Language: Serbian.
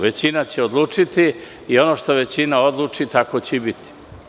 Većina će odlučiti i ono što većina odluči, tako će i biti.